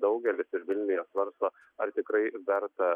daugelis ir vilniuje svarsto ar tikrai verta